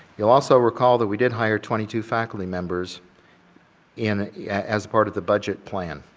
you'll also recall that we did hire twenty two faculty members in yeah as part of the budget plan.